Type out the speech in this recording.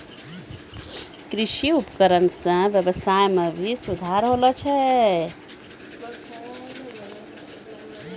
कृषि उपकरण सें ब्यबसाय में भी सुधार होलो छै